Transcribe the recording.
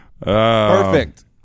Perfect